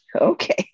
Okay